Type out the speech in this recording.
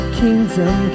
kingdom